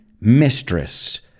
mistress